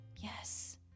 yes